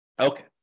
Okay